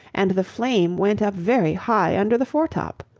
and the flame went up very high under the foretop.